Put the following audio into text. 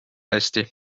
hästi